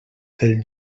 del